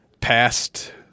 past